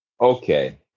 Okay